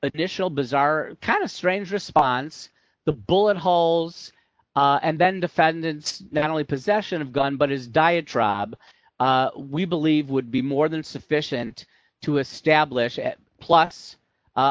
additional bizarre kind of strange response the bullet holes and then defendant's not only possession of gun but his diatribe we believe would be more than sufficient to establish it plus